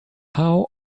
how